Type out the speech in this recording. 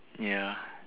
ya